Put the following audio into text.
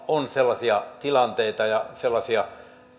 on tällaisia tilanteita ja sellaisia